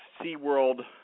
SeaWorld